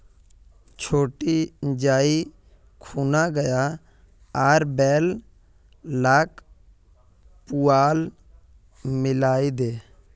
छोटी जाइ खूना गाय आर बैल लाक पुआल मिलइ दे